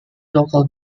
local